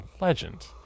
legend